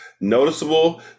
noticeable